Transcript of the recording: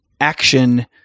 action